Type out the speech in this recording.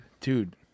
Dude